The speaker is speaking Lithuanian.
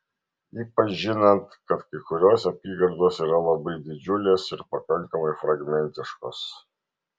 ypač žinant kad kai kurios apygardos yra labai didžiulės ir pakankamai fragmentiškos